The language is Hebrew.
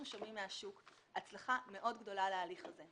אנחנו שומעים מהשוק הצלחה מאוד גדולה להליך הזה.